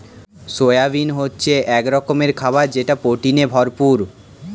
soybean হচ্ছে এক রকমের খাবার যেটা প্রোটিনে ভরপুর